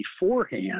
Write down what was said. beforehand